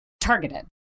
targeted